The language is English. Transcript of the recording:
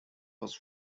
was